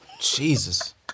Jesus